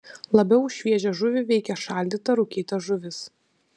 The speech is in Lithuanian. labiau už šviežią žuvį veikia šaldyta rūkyta žuvis